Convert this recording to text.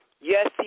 Yes